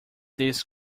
this